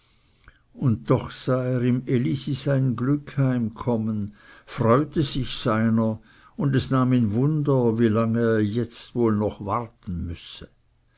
und doch sah er im elisi sein glück heimkommen freute sich seiner und es nahm ihn wunder wie lange er jetzt wohl noch warten müsse